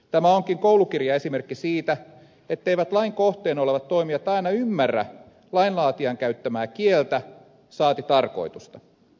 tämä onkin koulukirjaesimerkki siitä etteivät lain kohteena olevat toimijat aina ymmärrä lainlaatijan käyttämää kieltä saati tarkoitusta